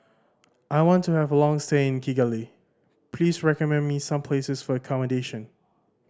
I want to have a long stay in Kigali please recommend me some places for accommodation